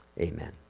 Amen